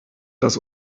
das